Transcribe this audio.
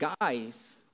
guys